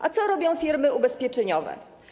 A co robią firmy ubezpieczeniowe?